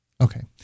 Okay